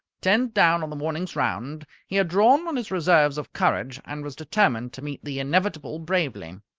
ten down on the morning's round, he had drawn on his reserves of courage and was determined to meet the inevitable bravely.